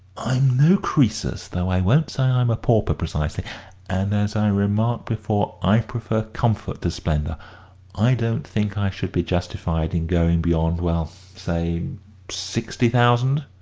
i'm no croesus though i won't say i'm a pauper precisely and, as i remarked before, i prefer comfort to splendour. i don't think i should be justified in going beyond well, say sixty thousand.